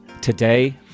today